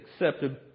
accepted